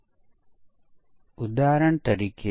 પ્રથમ ચાલો black box અભિગમ જોઈએ